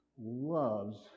loves